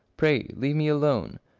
pray leave me alone.